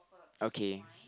okay